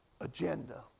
agenda